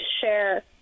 share